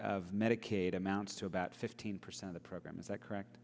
of medicaid amounts to about fifteen percent the program is that correct